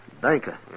banker